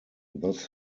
thus